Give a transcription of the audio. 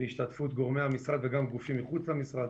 בהשתתפות גורמי המשרד וגם גופים מחוץ המשרד,